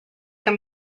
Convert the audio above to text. can